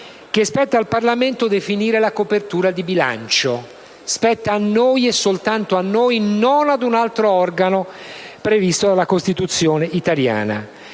che spetta al Parlamento definire la copertura di bilancio: spetta a noi e soltanto a noi, non ad un altro organo previsto dalla Costituzione italiana.